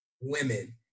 women